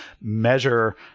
measure